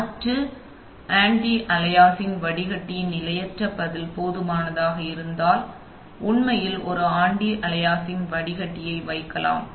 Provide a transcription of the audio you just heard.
மாற்று anti aliasing வடிகட்டியின் நிலையற்ற பதில் போதுமானதாக இருந்தால் நீங்கள் உண்மையில் ஒரு ஆன்டி அளியசிங் வடிகட்டியை வைக்கலாம்